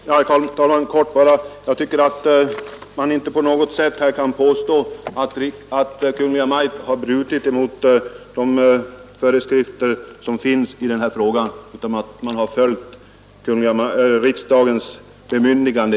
Herr talman! Helt kort bara: Jag tycker att man inte på något sätt kan påstå att Kungl. Maj:t har brutit mot de föreskrifter som finns i den här frågan utan Kungl. Maj:t har följt riksdagens bemyndigande.